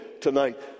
tonight